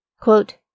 Quote